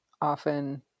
often